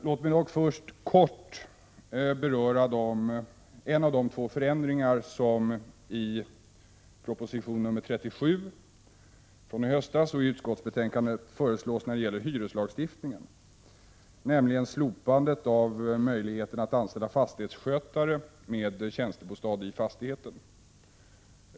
Låt mig dock först kort beröra en av de två förändringar som föreslås i proposition 37 från i höstas och i utskottsbetänkandet när det gäller hyreslagstiftningen, nämligen slopandet av möjligheten att anställa fastighetsskötare med tjänstebostad i fastigheten.